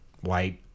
white